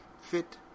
fit